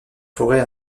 forêt